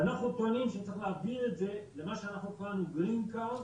אנחנו טוענים שצריך להעביר את זה למה שאנחנו קראנו גרין כארד,